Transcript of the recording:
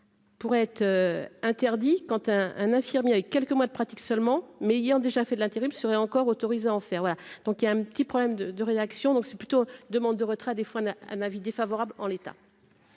Pourrait être interdit quand un un infirmier avec quelques mois de pratique seulement mais il déjà fait de l'intérim serait encore autorisés en faire, voilà donc il y a un petit problème de de rédaction, donc c'est plutôt demande de retrait des fois on a un avis défavorable en l'état.